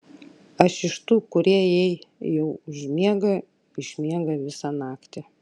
aš iš tų kurie jei jau užmiega išmiega visą naktį